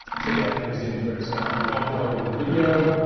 check out the museum's website. we've uploaded the video.